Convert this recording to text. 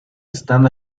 están